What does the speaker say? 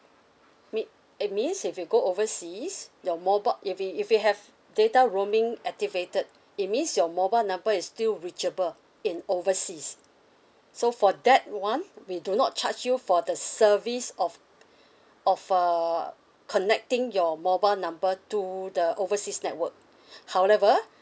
me~ it means if you go overseas your mobile if it if it have data roaming activated it means your mobile number is still reachable in overseas so for that one we do not charge you for the service of of uh connecting your mobile number to the overseas network however